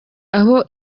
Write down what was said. aho